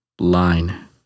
line